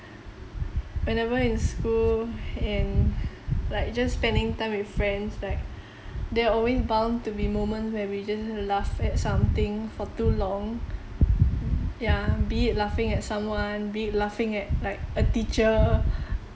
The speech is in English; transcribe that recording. whenever in school and like just spending time with friends like they are always bound to be moments where we just laugh at something for too long ya be it laughing at someone be it laughing at like a teacher